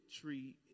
tree